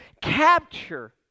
capture